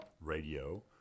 radio